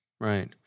right